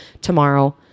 tomorrow